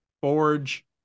Forge